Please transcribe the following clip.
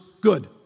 good